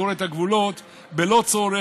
כי הוא מנהיג לא רלוונטי.